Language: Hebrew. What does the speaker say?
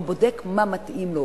והוא בודק מה מתאים לו.